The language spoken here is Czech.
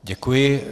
Děkuji.